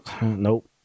Nope